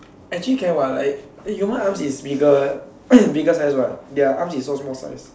actually can what like human arms is bigger bigger size what their arms is so small size